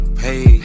hey